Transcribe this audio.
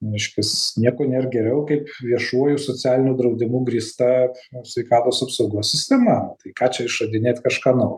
reiškias nieko nėr geriau kaip viešuoju socialiniu draudimu grįsta sveikatos apsaugos sistema tai ką čia išradinėt kažką naujo